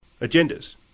agendas